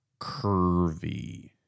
curvy